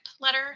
letter